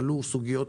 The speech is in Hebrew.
עלו סוגיות